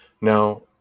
Now